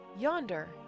yonder